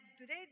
today